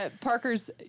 Parker's